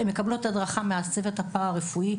הן מקבלות הדרכה מהצוות הפרא רפואי,